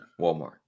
Walmart